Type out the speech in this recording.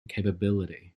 capability